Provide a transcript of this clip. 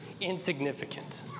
insignificant